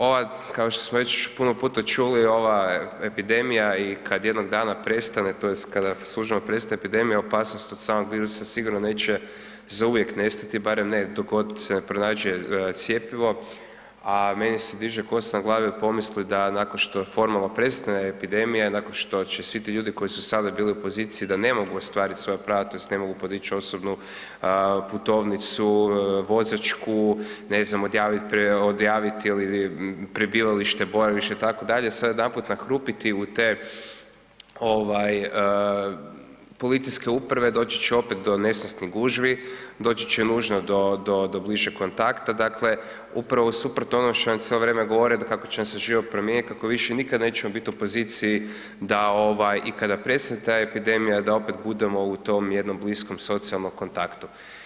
Ova, kao što smo već puno puta čuli, ova epidemija i kad jednog dana prestane, tj. kada službeno prestaje epidemija, opasnost od samog virusa sigurno neće zauvijek nestati barem ne dok god se ne pronađe cjepivo a meni e diže kosa na glavi od pomisli da nakon što formalno prestane epidemija, nakon što će svi ti ljudi koji su sada bili u poziciji da ne mogu ostvariti svoja prava tj. ne mogu podić osobnu, putovnicu, vozačku, ne znam, odjavit prebivalište, boravište itd., sad odjedanput nahrupiti u te policijske uprave, doći će opet do nesnosnih gužvi, doći će nužno do bližeg kontakta, dakle upravo suprotno ono što nam sve vrijeme govore da kako će nam se život promijenit, kako više nikad nećemo u poziciji i da kada prestane ta epidemija, da opet budemo u tom jednom bliskom socijalnom kontaktu.